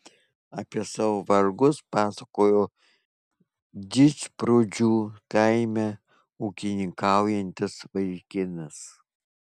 apie savo vargus pasakojo didžprūdžių kaime ūkininkaujantis vaikinas